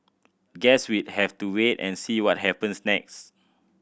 guess we'd have to wait and see what happens next